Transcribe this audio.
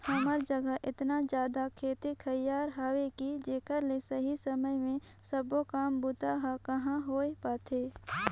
हमर जघा एतना जादा खेत खायर हवे कि जेकर ले सही समय मे सबो काम बूता हर कहाँ होए पाथे